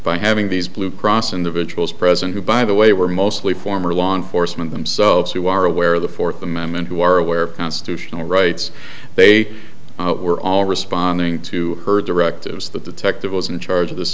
by having these blue cross individuals present who by the way were mostly former law enforcement themselves who are aware of the fourth amendment who are aware of constitutional rights they were all responding to her directives that the tech that was in charge of this